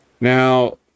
Now